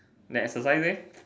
never exercise eh